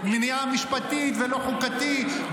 -- מניעה משפטית ולא חוקתי.